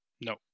No